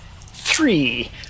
three